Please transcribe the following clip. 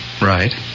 Right